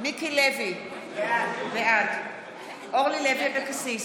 מיקי לוי, בעד אורלי לוי אבקסיס,